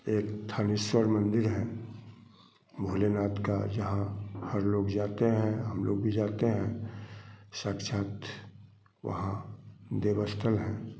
एक थनेश्वर मंदिर हैं भोलेनाथ का जहाँ हर लोग जाते हैं हम लोग भी जाते हैं साक्षात वहाँ देव स्थल हैं